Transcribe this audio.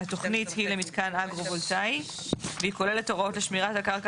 התוכנית היא למתקן אגרו-וולטאי והיא כוללת הוראות לשמירת הקרקע